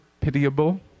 Pitiable